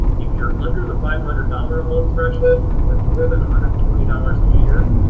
if you're under the five hundred dollar a month threshold but more than a hundred and twenty dollars a year,